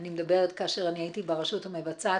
אני מדברת כאשר אני הייתי ברשות המבצעת,